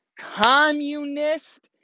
communist